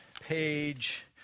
page